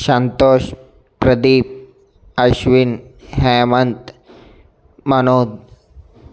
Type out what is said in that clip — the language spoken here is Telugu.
సంతోష్ ప్రదీప్ అశ్విన్ హేమంత్ మనోజ్